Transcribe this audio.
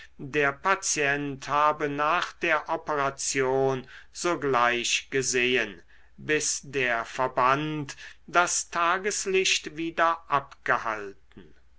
der patient habe nach der operation sogleich gesehen bis der verband das tageslicht wieder abgehalten